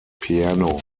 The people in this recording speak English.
piano